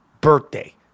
birthday